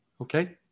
Okay